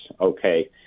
okay